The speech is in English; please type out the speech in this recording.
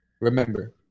remember